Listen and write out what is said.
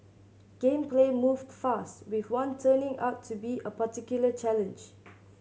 game play moved fast with one turning out to be a particular challenge